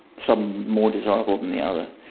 some more desirable than the other.